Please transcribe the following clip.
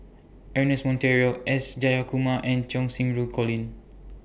Ernest Monteiro S Jayakumar and Cheng Xinru Colin